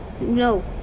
No